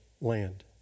land